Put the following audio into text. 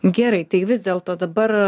gerai tai vis dėl to dabar